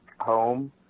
home